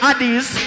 Addis